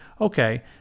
okay